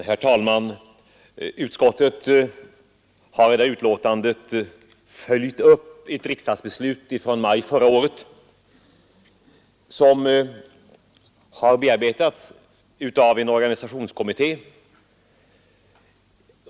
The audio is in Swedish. Herr talman! Utskottet har i förevarande betänkande följt upp ett riksdagsbeslut från i maj förra året, vilket har bearbetats av en organisationskommitté.